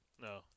No